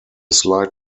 slide